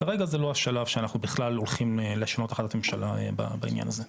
כרגע זה לא השלב שאנחנו בכלל הולכים לשנות החלטת ממשלה בעניין הזה.